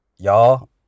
y'all